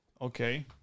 Okay